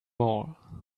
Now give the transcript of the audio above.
more